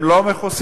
הם לא מכוסים.